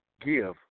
Give